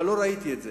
אבל לא ראיתי את זה.